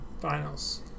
finals